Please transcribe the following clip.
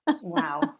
Wow